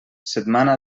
setmana